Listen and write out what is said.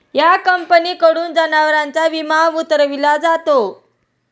या कंपनीकडून जनावरांचा विमा उतरविला जातो